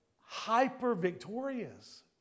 hyper-victorious